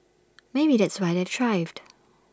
maybe that's why they've thrived